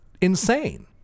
insane